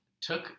took